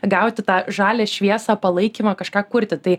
gauti tą žalią šviesą palaikymą kažką kurti tai